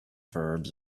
verbs